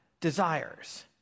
desires